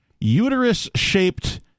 Uterus-shaped